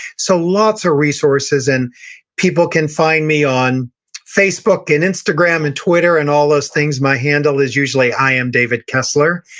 so lots of resources and people can find me on facebook and instagram and twitter and all those things. my handle is usually at iamdavidkessler,